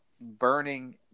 burning